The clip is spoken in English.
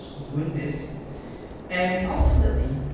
doing this and ultimately,